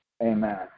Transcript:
amen